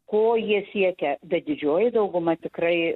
ko jie siekia bet didžioji dauguma tikrai